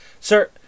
Sir